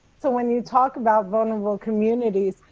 so when you talk about vulnerable communities,